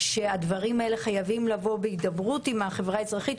שהדברים האלה חייבים לבוא בהידברות עם החברה האזרחית,